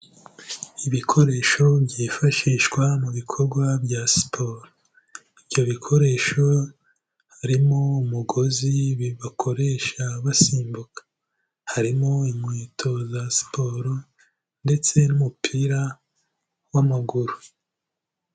Ibikoresho byifashishwa mu bikorwa bya siporo, ibyo bikoresho harimo umugozi ibi bakoresha basimbuka, harimo inkweto za siporo ndetse n'umupira w'amaguru.